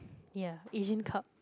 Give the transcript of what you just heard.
ya Asian Cup